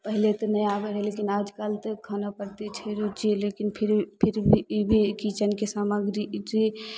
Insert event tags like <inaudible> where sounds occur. पहिले तऽ नहि आबय रहय लेकिन आजकल तऽ खाना प्रति छै रूचि लेकिन फिर भी फिर भी ई भी किचनके सामग्री <unintelligible>